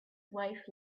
wife